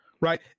right